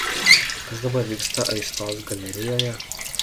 kas dabar vyksta aistos galerijoje